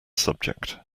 subject